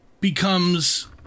becomes